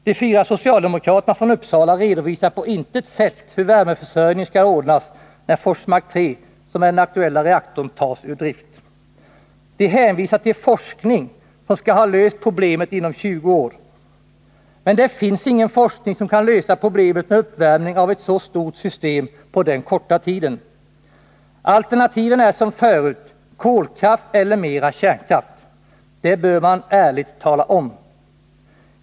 De fyra socialdemokraterna från Uppsala redovisar på intet sätt hur värmeförsörjningen skall ordnas när Forsmark 3, som är den aktuella reaktorn, tas ur drift. De hänvisar till forskning som skall ha löst problemet inom 20 år. Men det finns ingen forskning som kan lösa problemet med uppvärmning av ett så stort system på denna korta tid. Alternativen är desamma som tidigare: kolkraft eller mera kärnkraft. Det bör man ärligt tala om.